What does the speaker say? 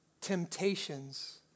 temptations